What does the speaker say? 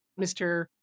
Mr